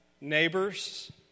neighbors